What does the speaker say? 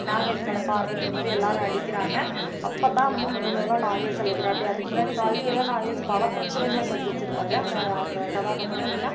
நாகேஸ் மேல பார்வ திரும்புது எல்லோரும் அடிக்கிறாங்க அப்போ தான் வந்து முதல் முதலாக நாகேஸ் அழுகுறாப்டி அதுக்கு முன்னாடி வாழ்க்கைல நாகேஸ் பல பிரச்சனைகளை சந்திச்சிருப்பாரு அந்த அந்த கதாபாத்தரம்னு பார்த்திங்கனா